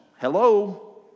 Hello